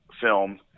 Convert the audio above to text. film